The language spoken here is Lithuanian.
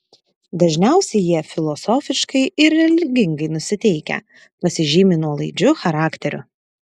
dažniausiai jie filosofiškai ir religingai nusiteikę pasižymi nuolaidžiu charakteriu